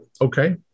Okay